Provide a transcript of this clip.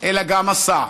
אלא גם עשה.